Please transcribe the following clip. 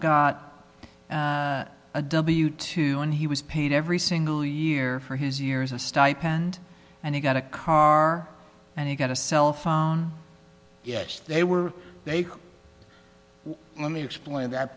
a w two and he was paid every single year for his years a stipend and he got a car and he got a cell phone yes they were they let me explain that